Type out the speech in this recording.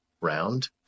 round